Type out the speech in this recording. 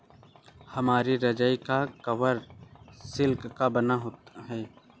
हमारी रजाई का कवर सिल्क का बना है